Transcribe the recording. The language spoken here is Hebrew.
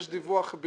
יש דיווח רגיל,